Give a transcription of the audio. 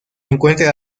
encuentra